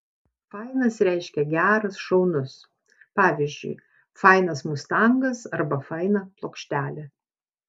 fainas reiškia geras šaunus pavyzdžiui fainas mustangas arba faina plokštelė